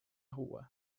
rua